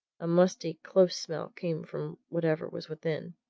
a musty, close smell came from whatever was within.